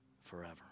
forever